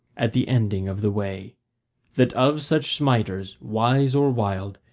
at the ending of the way that of such smiters, wise or wild,